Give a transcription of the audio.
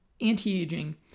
anti-aging